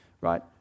right